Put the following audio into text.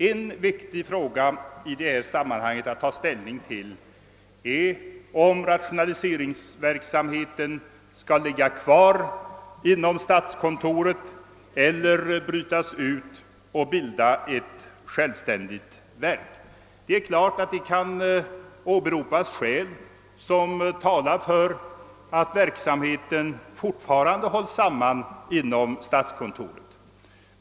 En viktig fråga att ta ställning till i detta sammanhang är huruvida rationaliseringsverksamheten skall ligga kvar inom statskontoret eller brytas ut och handhas av ett självständigt verk. Det är klart att det kan åberopas skäl för att verksamheten fortfarande hålles samman inom statskontoret.